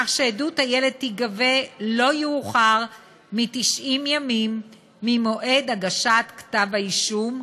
כך שעדות הילד תיגבה לא יאוחר מ-90 ימים ממועד הגשת כתב האישום,